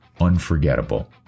unforgettable